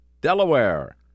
Delaware